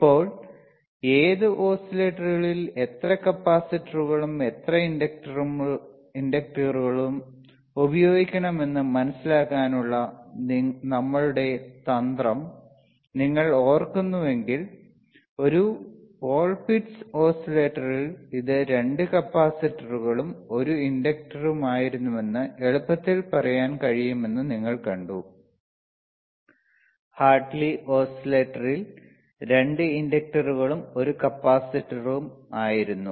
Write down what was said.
ഇപ്പോൾ ഏത് ഓസിലേറ്ററിൽ എത്ര കപ്പാസിറ്ററുകളും എത്ര ഇൻഡക്ടറുകളും ഉപയോഗിക്കണമെന്ന് മനസിലാക്കാനുള്ള നമ്മളുടെ തന്ത്രം നിങ്ങൾ ഓർക്കുന്നുവെങ്കിൽ ഒരു കോൾപിറ്റ്സ് ഓസിലേറ്ററിൽ ഇത് 2 കപ്പാസിറ്ററുകളും 1 ഇൻഡക്ടറുമായിരുന്നുവെന്ന് എളുപ്പത്തിൽ പറയാൻ കഴിയുമെന്ന് നിങ്ങൾ കണ്ടു ഹാർട്ട്ലി ഓസിലേറ്ററിൽ 2 ഇൻഡക്ടറുകളും 1 കപ്പാസിറ്ററും ആയിരുന്നു